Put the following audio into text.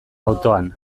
autoan